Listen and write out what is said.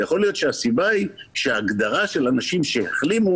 יכול להיות שהסיבה היא שההגדרה של אנשים שהחלימו